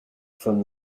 from